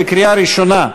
בקריאה ראשונה: